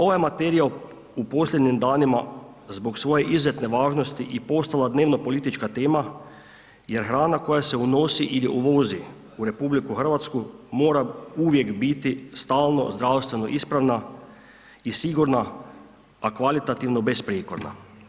Ova je materija u posljednjim danima zbog svoje izuzetne važnosti i postala dnevno politička tema jer hrana koja se unosi ili uvozi u RH mora uvijek biti stalno zdravstveno ispravna i sigurna a kvalitetno besprijekorna.